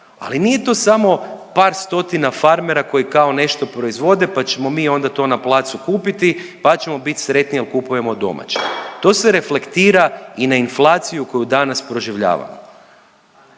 ali nije to samo par stotina farmera koji kao nešto proizvode, pa ćemo mi onda to na placu kupiti, pa ćemo bit sretni jer kupujemo domaće. To se reflektira i na inflaciju koju danas proživljavamo.